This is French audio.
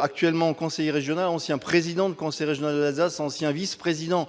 actuellement conseiller régional, ancien président de concert et je ne Alsace, ancien vice-président